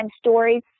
stories